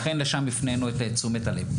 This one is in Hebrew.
לכן לשם הפנינו את תשומת הלב.